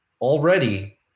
already